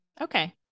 Okay